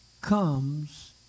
comes